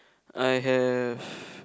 I have